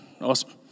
Awesome